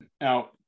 Now